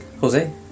Jose